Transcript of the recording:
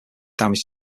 damage